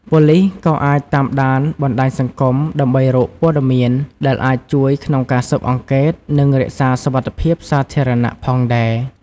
ប៉ូលិស ក៏អាច តាមដានបណ្ដាញសង្គម ដើម្បីរក ព័ត៌មាន ដែលអាច ជួយក្នុងការស៊ើបអង្កេត និង រក្សាសុវត្ថិភាពសាធារណៈ ផងដែរ។